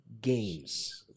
games